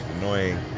annoying